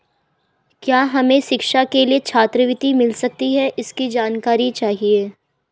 क्या हमें शिक्षा के लिए छात्रवृत्ति मिल सकती है इसकी जानकारी चाहिए?